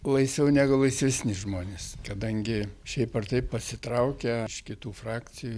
laisviau negu laisvesni žmonės kadangi šiaip ar taip pasitraukę iš kitų frakcijų